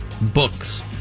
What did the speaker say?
books